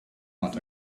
cut